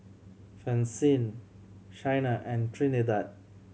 Francine Chyna and Trinidad